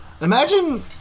Imagine